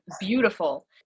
beautiful